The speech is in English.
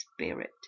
spirit